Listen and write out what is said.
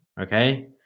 Okay